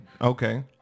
Okay